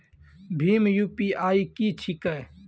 भीम UPI की छीके?